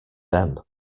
them